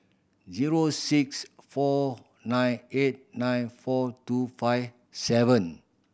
zero six four nine eight nine four two five seven